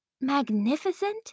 magnificent